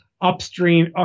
upstream